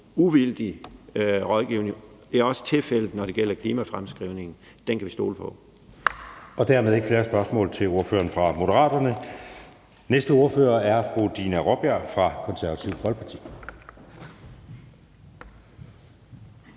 uvildig rådgivning. Det er også tilfældet, når det gælder klimafremskrivningen. Den kan vi stole på. Kl. 16:06 Anden næstformand (Jeppe Søe): Dermed er der ikke flere spørgsmål til ordføreren fra Moderaterne. Næste ordfører er fru Dina Raabjerg fra Det Konservative Folkeparti.